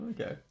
Okay